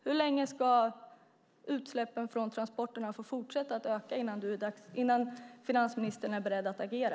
Hur länge ska utsläppen från transporterna få fortsätta att öka innan finansministern är beredd att agera?